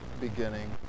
beginning